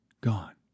gone